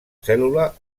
cèl·lula